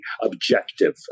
objective